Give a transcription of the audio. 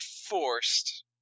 forced